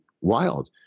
wild